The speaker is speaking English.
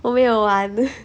我没有玩